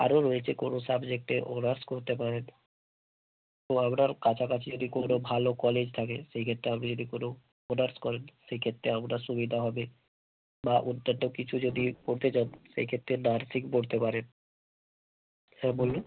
আরও রয়েচে কোনো সাবজেক্টে অনার্স করতে পারেন তো আপনার কাছাকাছি যদি কোনো ভালো কলেজ থাকে সেই ক্ষেত্রে আপনি যদি কোনো অনার্স করেন সেই ক্ষেত্রে আপনার সুবিধা হবে বা অত্যন্ত কিছু যদি পড়তে চান সেই ক্ষেত্রে নার্সিং পড়তে পারেন হ্যাঁ বলুন